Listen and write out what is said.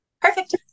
Perfect